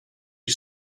you